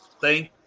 thank